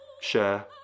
share